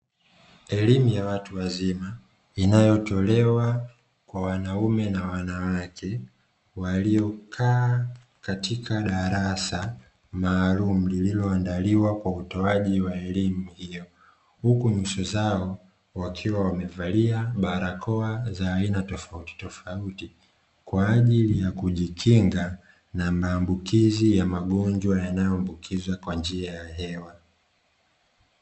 Elimu ya watu wazima, inayotolewa kwa wanaume na wanawake, waliokaa katika darasa maalumu, lililoandaliwa kwa utoaji wa elimu hiyo. Huku nyuso zao wakiwa wamevalia barakoa za aina tofautitofauti, kwa ajili ya kujikinga, na maambukizi ya magonjwa yanayombukizwa kwa njia ya hewa.